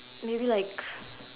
maybe like